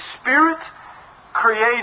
Spirit-created